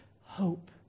hope